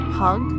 hug